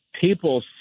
people